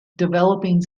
developing